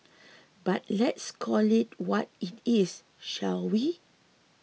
but let's call it what it is shall we